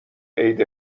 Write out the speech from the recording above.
عید